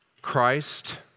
Christ